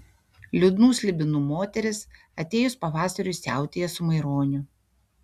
liūdnų slibinų moteris atėjus pavasariui siautėja su maironiu